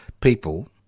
people